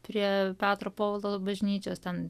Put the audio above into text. prie petro povilo bažnyčios ten